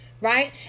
Right